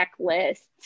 checklists